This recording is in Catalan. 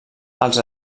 als